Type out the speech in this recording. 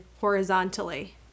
horizontally